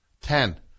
Ten